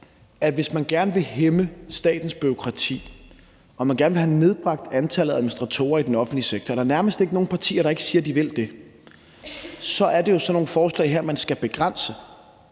at hvis man gerne vil hæmme statens bureaukrati og man gerne vil have nedbragt antallet af administratorer i den offentlige sektor, og der er nærmest ikke nogen partier, der ikke siger, at de vil det, så er det jo sådan nogle forslag her, man skal begrænse.